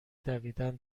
دویدن